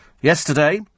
Yesterday